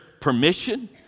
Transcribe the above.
permission